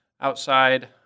outside